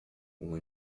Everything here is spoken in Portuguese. uma